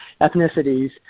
ethnicities